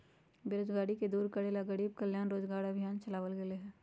बेरोजगारी के दूर करे ला गरीब कल्याण रोजगार अभियान चलावल गेले है